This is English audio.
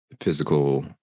physical